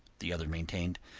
the other maintained,